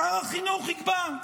שר החינוך יקבע.